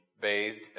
bathed